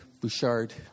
Bouchard